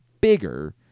bigger